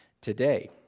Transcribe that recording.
today